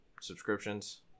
subscriptions